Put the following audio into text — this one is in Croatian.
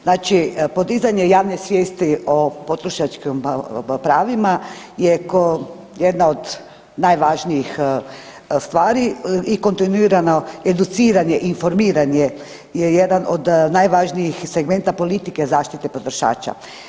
Znači podizanje javne svijesti o potrošačkim pravima je kao jedna od najvažnijih stvari i kontinuirano educiranje i informiranje je jedan od najvažnijih segmenta politike zaštite potrošača.